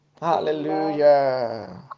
Hallelujah